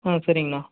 ஆ சரிங்கண்ணா